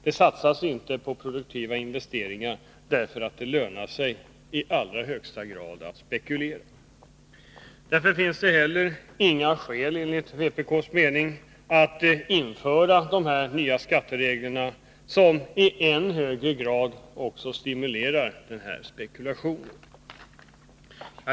Det satsas inte på produktiva investeringar, därför att det lönar sig i allra högsta grad att spekulera. Därför finns det heller inga skäl, enligt vpk:s mening, att införa de nya skattereglerna som i än högre grad stimulerar spekulationen.